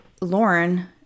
Lauren